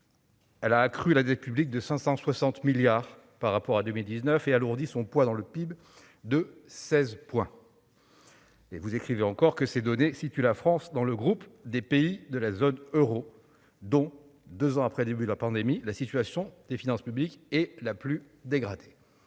accru la dette publique de 560 milliards d'euros par rapport à 2019 et alourdi son poids dans le PIB de 16 points ». Vous ajoutez que « ces données situent la France dans le groupe des pays de la zone euro dont, deux ans après le début de la pandémie, la situation des finances publiques est la plus dégradée